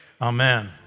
Amen